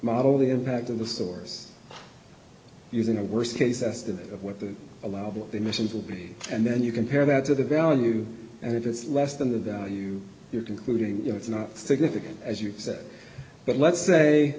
model the impact of the stores using a worst case estimate of what the allowable emissions will be and then you compare that to the value and if it's less than the value you're concluding it's not significant as you said but let's say